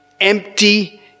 empty